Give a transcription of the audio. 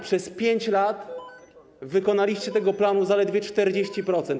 Przez 5 lat wykonaliście tego planu zaledwie 40%.